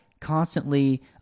constantly